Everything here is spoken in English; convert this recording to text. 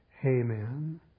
Amen